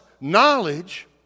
knowledge